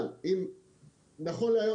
אבל נכון להיום,